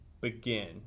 begin